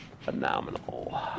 phenomenal